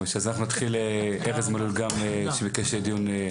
נתחיל, ארז מלול גם שביקש דיון.